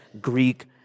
Greek